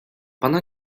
pana